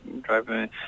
driving